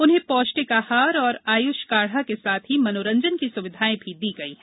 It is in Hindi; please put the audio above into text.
उन्हें पौष्टिक आहार और आयुष काढ़ा के साथ ही मनोरंजन की सुविधाएं भी दी गई है